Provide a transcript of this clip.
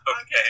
Okay